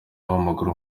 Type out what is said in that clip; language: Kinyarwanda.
w’amaguru